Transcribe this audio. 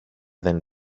then